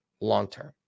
long-term